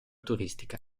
turistica